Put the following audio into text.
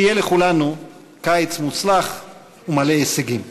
שיהיה לכולנו קיץ מוצלח ומלא הישגים.